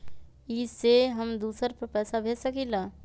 इ सेऐ हम दुसर पर पैसा भेज सकील?